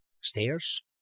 stairs